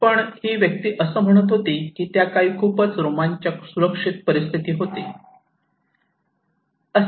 पण ही व्यक्ती असं म्हणत आहे की ती त्या काळी खूपच रोमांचक सुरक्षित परिस्थिती होती